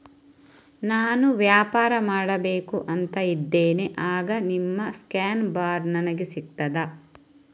ನಾನು ವ್ಯಾಪಾರ ಮಾಡಬೇಕು ಅಂತ ಇದ್ದೇನೆ, ಆಗ ನಿಮ್ಮ ಸ್ಕ್ಯಾನ್ ಬಾರ್ ನನಗೆ ಸಿಗ್ತದಾ?